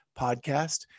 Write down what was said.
podcast